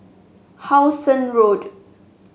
How Sun Road